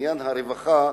עניין הרווחה,